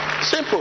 Simple